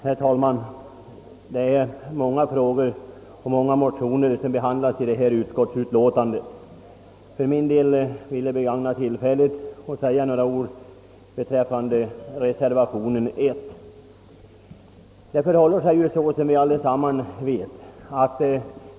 Herr talman! Det är många motioner och frågor som behandlas i föreliggande utskottsutlåtande. För min del vill jag begagna tillfället att säga några ord beträffande reservation nr 1.